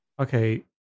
Okay